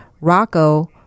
Rocco